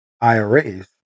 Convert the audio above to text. IRAs